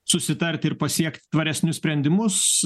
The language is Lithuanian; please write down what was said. susitarti ir pasiekti tvaresnius sprendimus